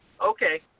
Okay